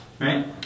right